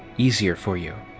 easier for you.